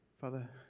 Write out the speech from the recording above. Father